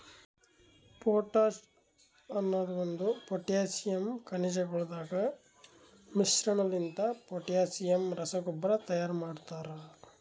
potash ಅನದ್ ಒಂದು potassium ಖನಿಜಗೊಳದಾಗ್ ಮಿಶ್ರಣಲಿಂತ ಪೊಟ್ಯಾಸಿಯಮ್ ರಸಗೊಬ್ಬರ ತೈಯಾರ್ ಮಾಡ್ತರ